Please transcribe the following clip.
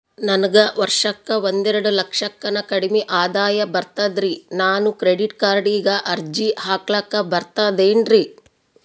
ನನಗ ವರ್ಷಕ್ಕ ಒಂದೆರಡು ಲಕ್ಷಕ್ಕನ ಕಡಿಮಿ ಆದಾಯ ಬರ್ತದ್ರಿ ನಾನು ಕ್ರೆಡಿಟ್ ಕಾರ್ಡೀಗ ಅರ್ಜಿ ಹಾಕ್ಲಕ ಬರ್ತದೇನ್ರಿ?